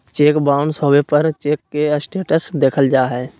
cheque bounce होबे पर check के स्टेटस देखल जा हइ